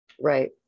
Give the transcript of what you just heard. Right